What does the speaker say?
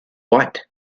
what